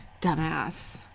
dumbass